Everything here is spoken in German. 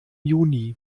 juni